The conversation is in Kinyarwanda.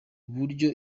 buryo